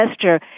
gesture